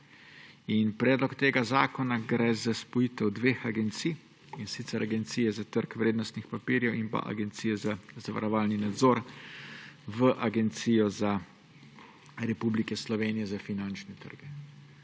predlog tega zakona, gre za spojitev dveh agencije, in sicer Agencije za trg vrednostnih papirjev in pa Agencije za zavarovalni nadzor v Agencijo Republike Slovenije za finančne trge.